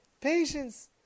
Patience